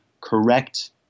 correct